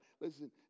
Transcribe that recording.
Listen